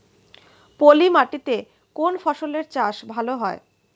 পলি মাটিতে কোন ফসলের চাষ ভালো হয়?